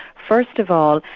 first of all,